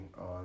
on